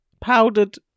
Powdered